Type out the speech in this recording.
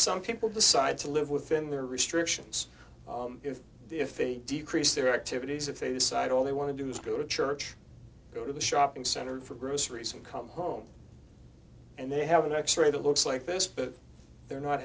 some people decide to live within their restrictions if the if a decrease their activities if they decide all they want to do is go to church go to the shopping center for groceries and come home and they have an x ray to looks like this but they're not